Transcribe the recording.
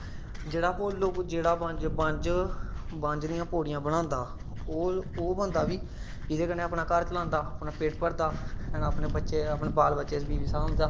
लोग जेह्ड़ा बंज दियां पौड़ियां बनांदा ओह् बंदा बी एह्दै कन्नै अपना घर चलांदा अपना पेट भरदा हैना अपने बाल बच्चे बीबी सांभदा